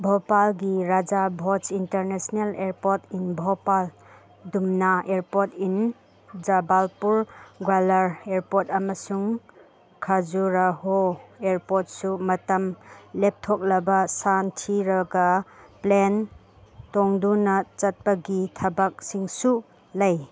ꯕꯣꯄꯥꯜꯒꯤ Raja Bhoj international airport in Bhopal ꯗꯨꯝꯅ airport in Jabalpur Gwalior airport ꯑꯃꯁꯨꯡ ꯈꯖꯨꯔꯍꯣ ꯏꯌꯥꯔꯄꯣꯔꯠꯁꯨ ꯃꯇꯝ ꯂꯦꯞꯊꯣꯛꯂꯕ ꯁꯟꯊꯤꯔꯒ ꯄ꯭ꯂꯦꯟ ꯇꯣꯡꯗꯨꯅ ꯆꯠꯄꯒꯤ ꯊꯕꯛꯁꯤꯡꯁꯨ ꯂꯩ